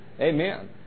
Amen